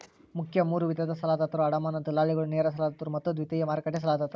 ಮುಖ್ಯ ಮೂರು ವಿಧದ ಸಾಲದಾತರು ಅಡಮಾನ ದಲ್ಲಾಳಿಗಳು, ನೇರ ಸಾಲದಾತರು ಮತ್ತು ದ್ವಿತೇಯ ಮಾರುಕಟ್ಟೆ ಸಾಲದಾತರು